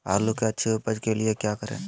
आलू की अच्छी उपज के लिए क्या करें?